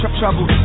trouble